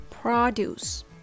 Produce